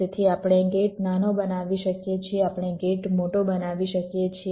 તેથી આપણે ગેટ નાનો બનાવી શકીએ છીએ આપણે ગેટ મોટો બનાવી શકીએ છીએ